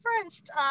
referenced